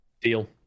Deal